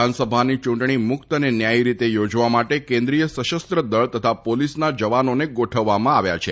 વિધાનસભાની ચૂંટણી મુક્ત અને ન્યાયી રીતે થોજવા માટે કેન્દ્રીય સશસ્ત્ર દળ તથા પોલીસના જવાનોને ગોઠવવામાં આવ્યા છે